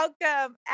welcome